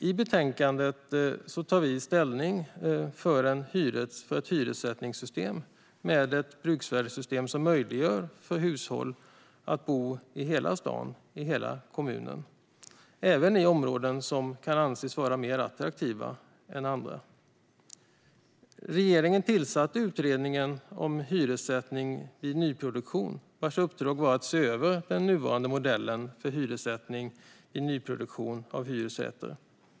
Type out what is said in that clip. I betänkandet tar vi ställning för ett hyressättningssystem med ett bruksvärdessystem som möjliggör för hushåll att bo i hela stan, eller i hela kommunen, även i områden som kan anses vara mer attraktiva än andra. Regeringen tillsatte utredningen om hyressättning vid nyproduktion, vars uppdrag var att se över den nuvarande modellen för hyressättning vid nyproduktion av hyresrätter.